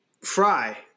Fry